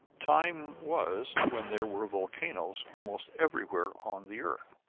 time was when there were volcanoes almost everywhere on the earth.